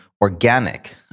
organic